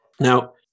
Now